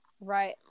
right